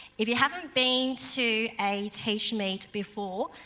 if you haven't been to a teachmeet before,